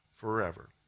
forever